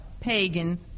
pagan